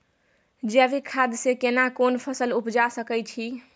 जैविक खाद से केना कोन फसल उपजा सकै छि?